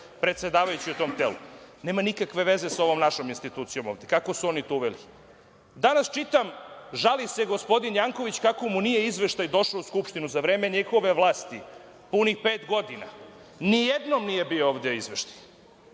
predsedavajući u tom telu, nema nikakve veze sa ovom našom institucijom ovde, kako su oni to uveli. Danas čitam, žali se gospodin Janković kako mu nije izveštaj došao u Skupštinu za vreme njihove vlasti punih pet godina. Ni jednom nije bio ovde izveštaj.